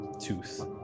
Tooth